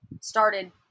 started